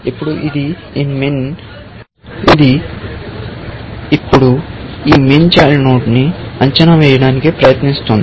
ఇప్పుడు ఇది ఈ MIN చైల్డ్ నోడ్ ని పిల్లవాడిని అంచనా వేయడానికి ప్రయత్నిస్తోంది